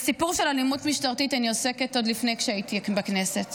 בסיפור של אלימות משטרתית אני עוסקת עוד לפני שהייתי בכנסת.